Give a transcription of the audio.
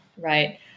right